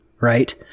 right